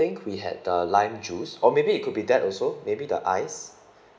I think we had the lime juice or maybe it could be that also maybe the ice